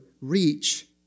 reach